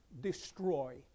destroy